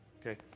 Okay